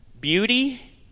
beauty